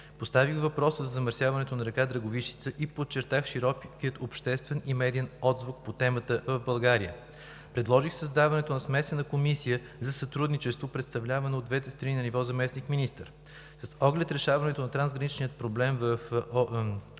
Поставих въпроса за замърсяването на река Драговищица и подчертах широкия обществен и медиен отзвук по темата в България. Предложих създаването на смесена комисия за сътрудничество, представлявана от двете страни, на ниво заместник министър. С оглед решаването на трансграничния проблем в областта